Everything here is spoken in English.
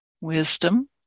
wisdom